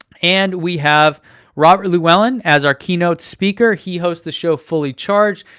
and we have robert llewellyn as our keynote speaker, he hosts the show fully charged,